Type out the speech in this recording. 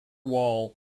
wall